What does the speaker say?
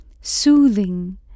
soothing